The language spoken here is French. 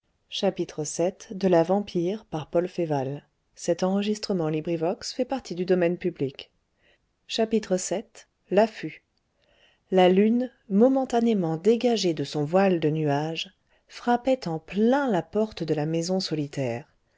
vii l'affut la lune momentanément dégagée de son voile de nuages frappait en plein la porte de la maison solitaire